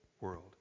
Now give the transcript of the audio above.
world